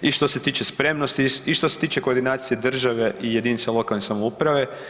i što se tiče spremnosti i što se tiče koordinacije države i jedinica lokalne samouprave.